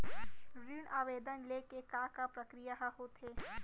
ऋण आवेदन ले के का का प्रक्रिया ह होथे?